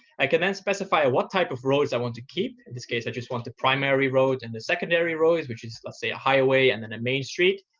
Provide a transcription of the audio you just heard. i can then specify what type of roads i want to keep. in this case, i just want the primary roads and the secondary roads, which is, let's say, a highway and then a main street.